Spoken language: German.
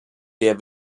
wer